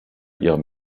ihrem